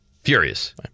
Furious